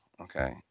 Okay